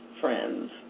friends